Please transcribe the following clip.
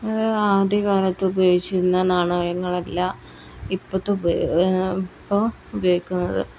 ആദ്യ കാലത്ത് ഉപയോഗിച്ചിരുന്ന നാണയങ്ങളല്ല ഇപ്പോഴത്തെ ഇപ്പോൾ ഉപയോഗിക്കുന്നത്